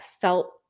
felt